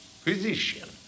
physician